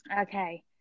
Okay